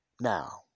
Now